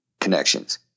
connections